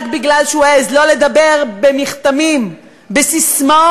רק מפני שהוא העז שלא לדבר במכתמים, בססמאות,